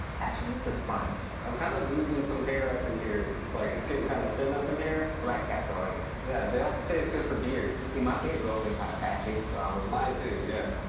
actually, i use a sponge. i'm kinda losing some hair up in here. like, it's getting kind of thin up in here. black castor oil. yeah, they also say it's good for beards. see, my beard grows in kind of patchy, so i was mine, too, yeah.